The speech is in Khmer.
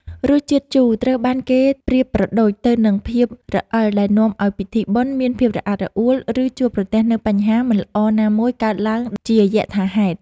រសជាតិជូរត្រូវបានគេប្រៀបប្រដូចទៅនឹងភាពរអិលដែលនាំឱ្យពិធីបុណ្យមានភាពរអាក់រអួល ឬ ជួបប្រទះនូវបញ្ហាមិនល្អណាមួយកើតឡើងជាយថាហេតុ។